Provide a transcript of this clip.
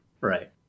Right